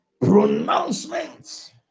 pronouncements